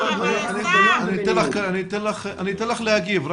אני אתן לך להגיב.